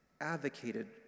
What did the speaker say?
advocated